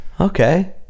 Okay